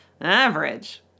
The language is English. average